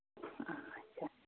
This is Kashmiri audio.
آچھا